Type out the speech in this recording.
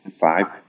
five